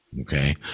Okay